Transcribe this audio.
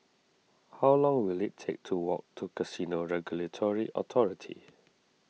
how long will it take to walk to Casino Regulatory Authority